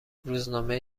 روزنامه